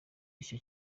icyo